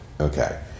okay